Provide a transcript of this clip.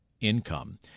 income